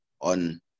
on